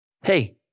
Hey